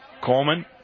Coleman